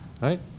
Right